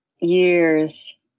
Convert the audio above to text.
Years